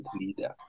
leader